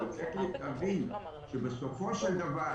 אבל צריכים להבין שבסופו של דבר,